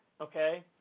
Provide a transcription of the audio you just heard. okay